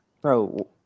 bro